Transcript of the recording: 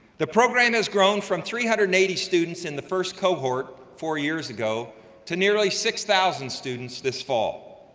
the program has grown from three hundred and eighty students in the first cohort four years ago to nearly six thousand students this fall.